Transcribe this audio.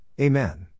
Amen